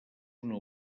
una